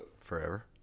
Forever